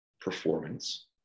performance